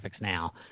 now